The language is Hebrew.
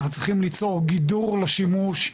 אנחנו צריכים ליצור גידור לשימוש,